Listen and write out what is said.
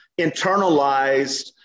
internalized